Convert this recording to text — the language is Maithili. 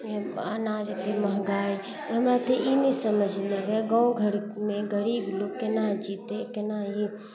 अनाज एते महँगाइ हमरा तऽ ई नहि समझमे अबैया गाँव घरमे गरीब लोक केना जीतै केना ई